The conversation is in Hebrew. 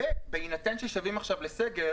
ובהינתן ששבים עכשיו לסגר,